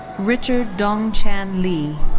richard dong chan lee.